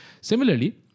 Similarly